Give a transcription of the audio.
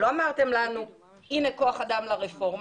לא אמרתם לנו: הנה כוח אדם לרפורמה,